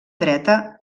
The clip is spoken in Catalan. dreta